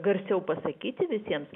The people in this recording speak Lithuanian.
garsiau pasakyti visiems